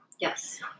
Yes